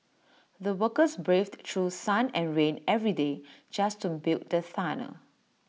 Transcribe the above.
the workers braved through sun and rain every day just to build the tunnel